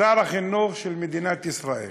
שר החינוך של מדינת ישראל,